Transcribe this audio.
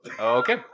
Okay